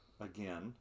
again